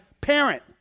parent